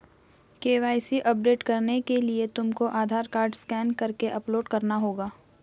KYC update करने के लिए तुमको आधार कार्ड स्कैन करके अपलोड करना होगा